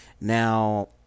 Now